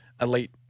elite